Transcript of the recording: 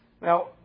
Now